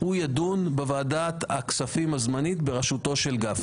הוא ידון בוועדת הכספים הזמנית בראשותו של גפני.